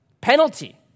Penalty